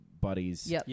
Buddies